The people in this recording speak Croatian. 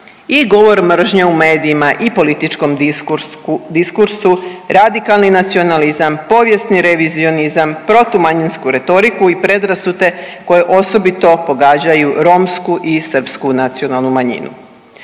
i govor mržnje u medijima i političkom diskursu, radikalni nacionalizam, povijesni revizionizam, protumanjinsku retoriku i predrasude koje osobito pogađaju romsku i srpsku nacionalnu manjinu.